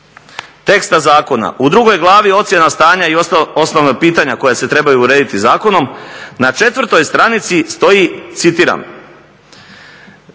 teksta zakona, u II. glavi "Ocjena stanja i osnovna pitanja koja se trebaju urediti zakonom" na 4. stranici stoji, citiram: